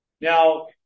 now